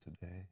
today